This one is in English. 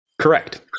correct